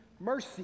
mercy